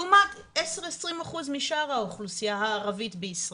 לעומת 10%-20% משאר האוכלוסייה הערבית בישראל.